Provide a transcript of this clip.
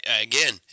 Again